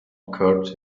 occurred